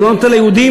הוא לא נותן ליהודים,